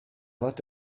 bat